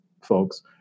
folks